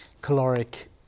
caloric